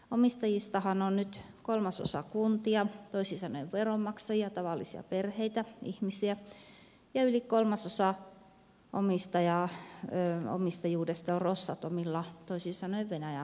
omistajistahan on nyt kolmasosa kuntia toisin sanoen veronmaksajia tavallisia perheitä ihmisiä ja yli kolmasosa omistajuudesta on rosatomilla toisin sanoen venäjän hallituksella